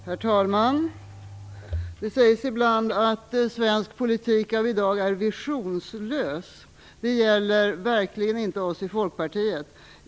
Herr talman! Det sägs ibland att svensk politik av i dag är visionslös. Men det gäller verkligen inte oss i Folkpartiet.